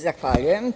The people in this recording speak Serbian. Zahvaljujem.